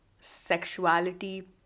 sexuality